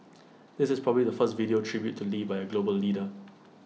this is probably the first video tribute to lee by A global leader